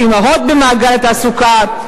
במכוון.